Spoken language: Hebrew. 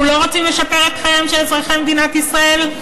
אנחנו לא רוצים לשפר את חייהם של אזרחי מדינת ישראל?